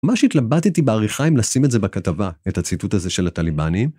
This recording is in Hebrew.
מה שהתלבטתי בעריכה, אם לשים את זה בכתבה, את הציטוט הזה של הטליבנים,